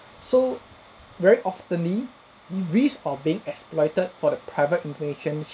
so very oftenly you risk of being exploited for the private information